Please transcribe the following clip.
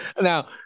Now